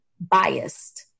Biased